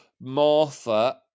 Martha